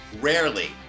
rarely